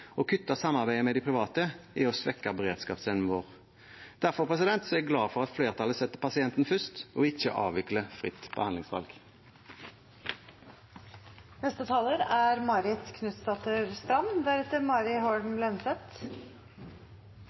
Å kutte samarbeidet med de private er å svekke beredskapsevnen vår. Derfor er jeg glad for at flertallet setter pasienten først og ikke avvikler fritt behandlingsvalg. Marit Knutsdatter Strand